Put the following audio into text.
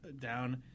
down –